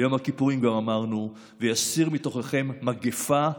ביום הכיפורים גם אמרנו: ויסיר מתוככם מגפה,